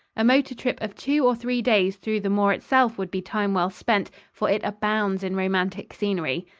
a motor trip of two or three days through the moor itself would be time well spent, for it abounds in romantic scenery.